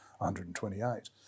128